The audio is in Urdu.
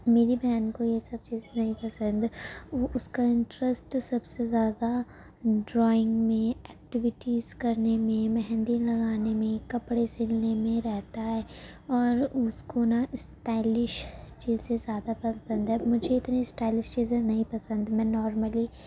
میری بہن کو یہ سب چیز نہیں پسند ہے وہ اس کا انٹریسٹ سب سے زیادہ ڈرائنگ میں ایکٹیویٹیز کرنے میں مہندی لگانے میں کپڑے سلنے میں رہتا ہے اور اس کو نا اسٹائلش چیزیں زیادہ پسند ہے مجھے اتنی اسٹائلش چیزیں نہیں پسند میں نارملی